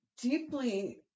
deeply